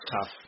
tough